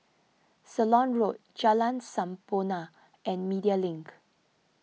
Ceylon Road Jalan Sampurna and Media Link